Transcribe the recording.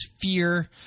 fear